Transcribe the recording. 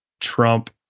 trump